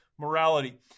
Morality